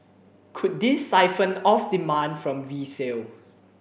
could this siphon off demand from resale